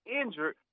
injured